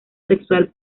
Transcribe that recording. sexual